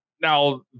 now